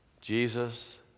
Jesus